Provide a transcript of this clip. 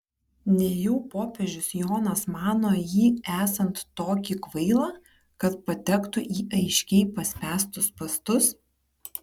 nejau popiežius jonas mano jį esant tokį kvailą kad patektų į aiškiai paspęstus spąstus